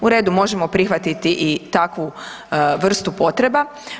U redu, možemo prihvatiti i takvu vrstu potreba.